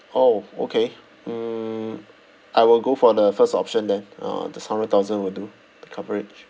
orh okay mm I will go for the first option then uh just hundred thousand will do the coverage